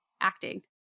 acting